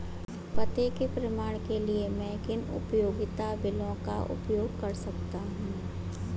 पते के प्रमाण के लिए मैं किन उपयोगिता बिलों का उपयोग कर सकता हूँ?